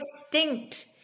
extinct